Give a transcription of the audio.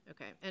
Okay